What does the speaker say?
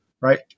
right